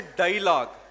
dialogue